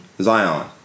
Zion